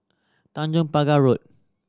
Tanjong Pagar Road